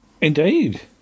Indeed